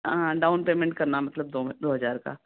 हाँ down payment करना मतलब दो दो हजार का